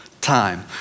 time